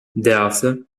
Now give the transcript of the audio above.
thereafter